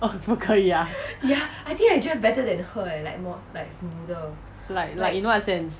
oh 不可以啊 like like in what sense